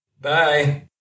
Bye